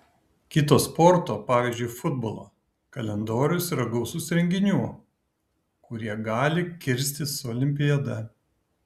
kito sporto pavyzdžiui futbolo kalendorius yra gausus renginių kurie gali kirstis su olimpiada